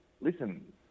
listen